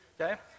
Okay